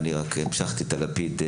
אני רק המשכתי לשאת את הלפיד.